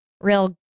real